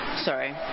sorry